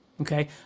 okay